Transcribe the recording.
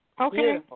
Okay